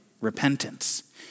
repentance